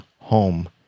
home